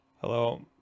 Hello